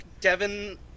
Devin